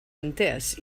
entès